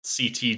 CT